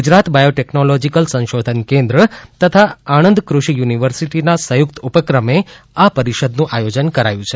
Gujarat biotechnological સંશોધન કેન્દ્ર તથા આણંદ કૃષિ યુનિવર્સિટીના સંયુક્ત ઉપક્રમે આ પરિષદનું આયોજન કરાયું છે